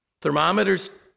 Thermometers